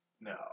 no